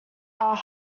are